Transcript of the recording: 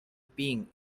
being